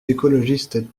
écologistes